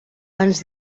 ens